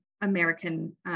American